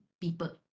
people